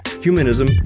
humanism